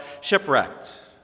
shipwrecked